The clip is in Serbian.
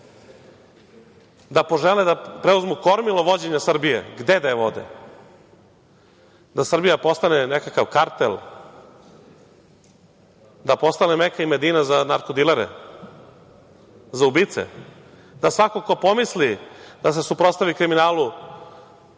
da požele da preuzmu kormilo vođenja Srbije. Gde da je vode? Da Srbija postane nekakav kartel, da postane Meka i Medina za narko dilere, za ubice, da svako ko pomisli da se suprotstavi kriminalu